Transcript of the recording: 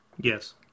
Yes